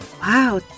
Wow